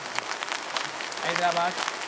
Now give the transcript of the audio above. Hyderabad